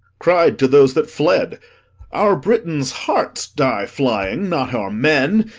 cried to those that fled our britain's harts die flying, not our men.